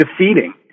defeating